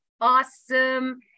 awesome